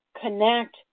connect